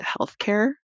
healthcare